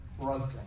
Broken